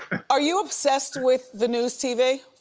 are you obsessed with the news tv?